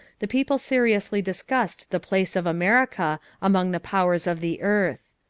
the people seriously discussed the place of america among the powers of the earth.